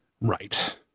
right